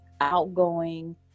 outgoing